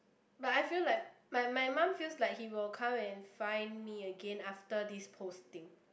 but I feel like my my mum feels like he will come and find me again after this posting